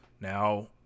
now